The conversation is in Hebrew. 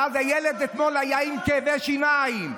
ואז אתמול הילד היה עם כאבי שיניים,